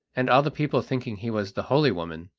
and all the people thinking he was the holy woman,